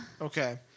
Okay